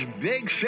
big